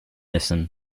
listen